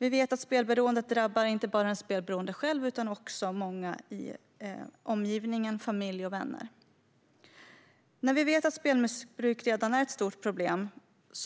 Vi vet att spelberoende inte bara drabbar den spelberoende själv utan också många i omgivningen, som familj och vänner. När vi vet att spelmissbruk redan är ett stort problem